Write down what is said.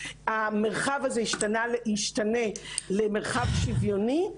המרחב הזה ישתנה למרחב שוויוני,